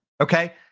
Okay